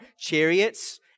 chariots